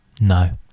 No